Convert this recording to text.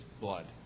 blood